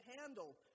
handle